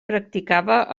practicava